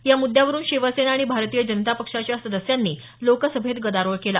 या मृद्यावरुन शिवसेना आणि भारतीय पक्षाच्या सदस्यांनी लोकसभेत गदारोळ केला